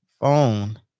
phone